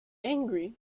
angry